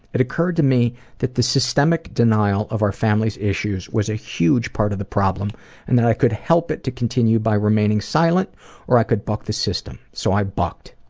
it occurred to me that the systemic denial of our family's issues was a huge part of the problem and that i could help it to continue by remaining silent or i could buck the system. so i bucked,